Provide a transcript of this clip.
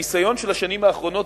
הניסיון של השנים האחרונות,